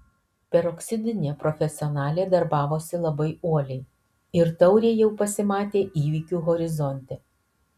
peroksidinė profesionalė darbavosi labai uoliai ir taurė jau pasimatė įvykių horizonte